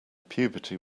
puberty